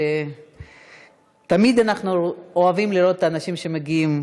תמיד אנחנו אוהבים לראות אנשים שמגיעים